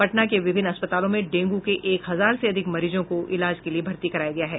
पटना के विभिन्न अस्पतालों में डेंगू के एक हजार से अधिक मरीजों को इलाज के लिए भर्ती कराया गया है